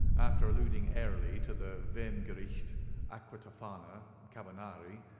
after alluding airily to the vehmgericht, aqua tofana, carbonari,